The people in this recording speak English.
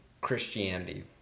Christianity